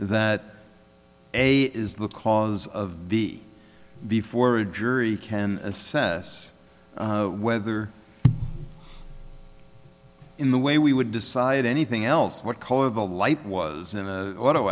that a is the cause of the before a jury can assess whether in the way we would decide anything else what color the light was in an auto